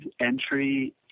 entry